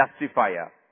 justifier